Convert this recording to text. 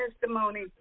testimony